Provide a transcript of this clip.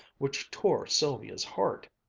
which tore sylvia's heart.